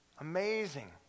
Amazing